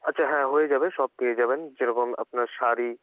আচ্ছা হ্যাঁ হয়ে যাবে সব পেয়ে যাবেন যেরকম আপনার শাড়ি